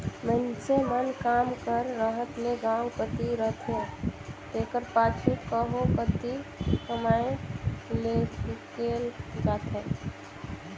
मइनसे मन काम कर रहत ले गाँव कती रहथें तेकर पाछू कहों कती कमाए लें हिंकेल जाथें